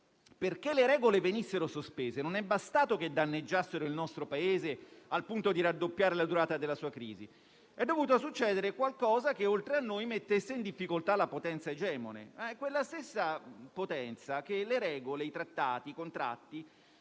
Perché le regole venissero sospese non è bastato che danneggiassero il nostro Paese al punto da raddoppiare la durata della sua crisi, ma è dovuto succedere qualcosa che oltre a noi mettesse in difficoltà la potenza egemone, quella stessa che le regole, i trattati e i contratti